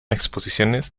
exposiciones